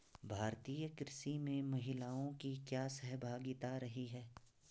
भारतीय कृषि में महिलाओं की क्या सहभागिता रही है?